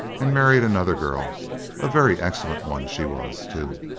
and married another girl a very excellent one she was, too.